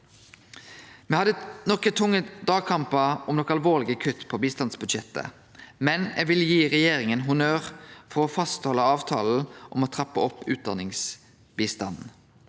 Me hadde nokre tunge dragkampar om nokre alvorlege kutt i bistandsbudsjettet, men eg vil gi regjeringa honnør for å halde fast ved avtalen om å trappe opp utdanningsbistanden.